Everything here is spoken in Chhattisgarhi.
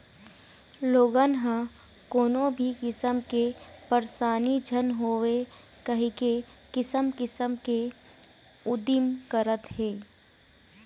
लोगन ह कोनो भी किसम के परसानी झन होवय कहिके किसम किसम के उदिम करत हे